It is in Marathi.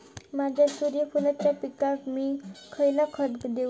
माझ्या सूर्यफुलाच्या पिकाक मी खयला खत देवू?